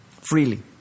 freely